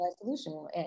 solution